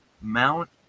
mount